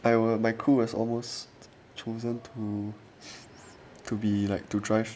I will my crew was almost chosen to to be like to drive